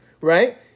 right